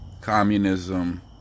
communism